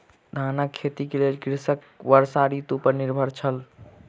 धानक खेती के लेल कृषक वर्षा ऋतू पर निर्भर छल